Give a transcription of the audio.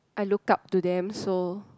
I look up to them so